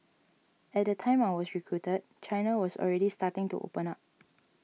at the time I was recruited China was already starting to open up